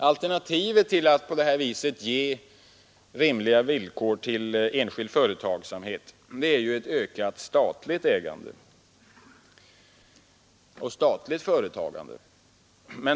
Alternativet till att på det här viset ge rimliga villkor till enskild företagsamhet är ett ökat statligt ägande och statligt företagande.